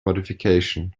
modifications